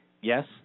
yes